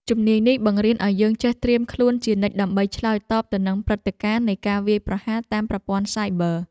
ជំនាញនេះបង្រៀនឱ្យយើងចេះត្រៀមខ្លួនជានិច្ចដើម្បីឆ្លើយតបទៅនឹងព្រឹត្តិការណ៍នៃការវាយប្រហារតាមប្រព័ន្ធសាយប័រ។